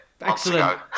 Excellent